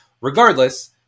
regardless